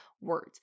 words